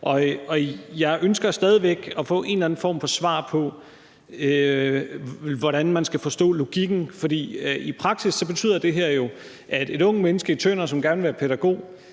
Jeg ønsker stadig væk at få en eller anden form for svar på, hvordan man skal forstå logikken, for i praksis betyder det her jo, at et ungt menneske i Tønder, som gerne vil være pædagog,